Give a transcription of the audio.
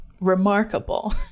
remarkable